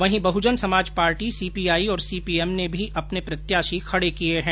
वहीं Bahujan Samaj Party CPI और CPM ने भी अपने प्रत्याशी खडे किये हैं